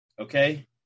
Okay